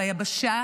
ביבשה,